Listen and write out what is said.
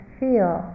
feel